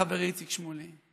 חברי איציק שמולי,